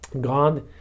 God